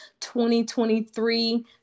2023